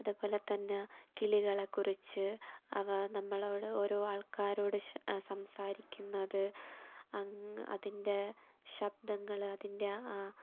അതുപോലെ തന്നെ കിളികളെക്കുറിച്ച് അവ നമ്മളോട് ഓരോ ആൾക്കാരോട് സംസാരിക്കുന്നത് അങ് അതിൻ്റെ ശബ്ദങ്ങൾ അതിൻ്റെ ആ